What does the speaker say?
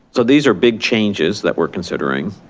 so these are big changes that we're considering.